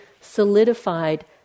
solidified